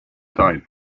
died